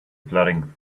plodding